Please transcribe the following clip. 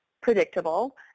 predictable